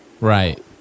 Right